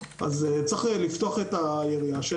אז צריך לפתוח את היריעה.